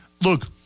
look